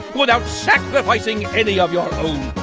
without sacrificing any of your own.